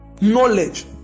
knowledge